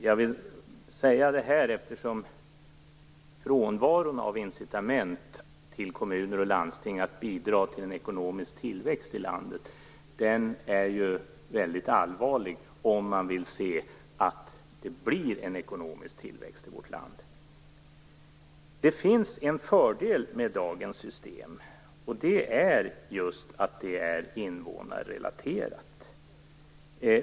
Jag ville säga detta, eftersom frånvaron av incitament för kommuner och landsting att bidra till en ekonomisk tillväxt i landet är väldigt allvarlig, om man nu vill se att det blir en ekonomisk tillväxt i vårt land. Det finns en fördel med dagens system och det är just att det är invånarrelaterat.